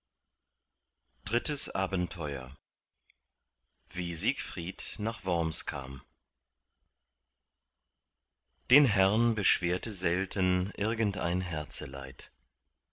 drittes abenteuer wie siegfried nach worms kam den herrn beschwerte selten irgendein